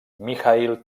mikhaïl